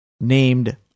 named